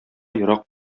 ерак